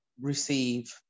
receive